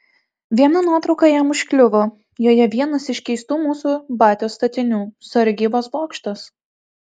viena nuotrauka jam užkliuvo joje vienas iš keistų mūsų batios statinių sargybos bokštas